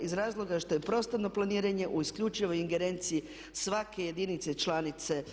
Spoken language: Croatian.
Iz razloga što je prostorno planiranje u isključivo ingerenciji svake jedinice članice